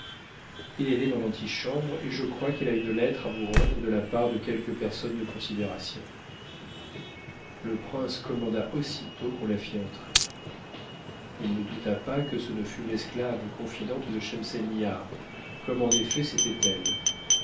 moi elle est dans l'antichambre et je crois qu'elle a une lettre à vous rendre de la part de quelque personne de considération le prince commanda aussitôt qu'on la ht entrer il ne douta pas que ce ne fut l'esclave confidente de schemselnihar comme en effet c'était elle